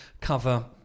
cover